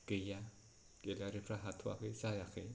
गैया गेलारिफ्रा हाथ'वाखै जायाखै